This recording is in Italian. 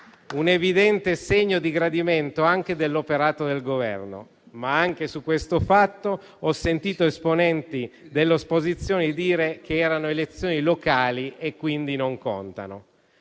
un evidente segno di gradimento anche dell'operato del Governo, ma anche su questo fatto ho sentito esponenti dell'opposizione dire che si trattava di elezioni locali e che quindi non contano.